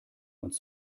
uns